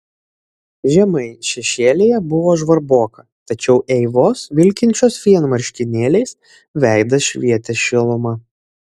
žemai šešėlyje buvo žvarboka tačiau eivos vilkinčios vien marškinėliais veidas švietė šiluma